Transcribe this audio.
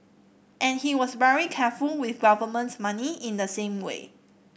and he was very careful with government money in the same way